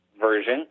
version